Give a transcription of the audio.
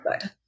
good